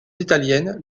italiennes